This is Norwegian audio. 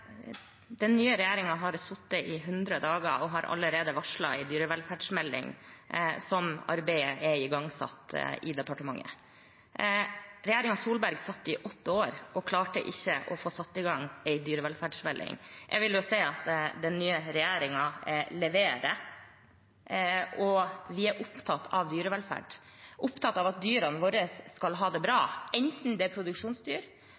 Den nye regjeringen har sittet i 100 dager og har allerede varslet en dyrevelferdsmelding, og arbeidet er igangsatt i departementet. Solberg-regjeringen satt i åtte år og klarte ikke å få satt i gang arbeidet med en dyrevelferdsmelding. Jeg vil si at den nye regjeringen leverer. Vi er opptatt av dyrevelferd, opptatt av at dyrene våre skal ha det bra, enten det er produksjonsdyr,